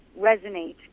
resonate